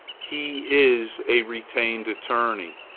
he is a retained attorney,